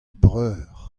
breur